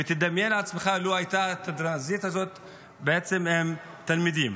ותדמיין לעצמך לו היה הטרנזיט הזה בעצם עם תלמידים.